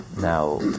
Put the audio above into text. Now